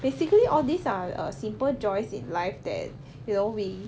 basically all these are err simple joys in life that you know we